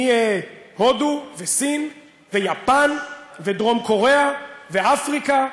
מהודו, וסין, ויפן, ודרום קוריאה, ואפריקה,